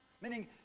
Meaning